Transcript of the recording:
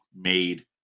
made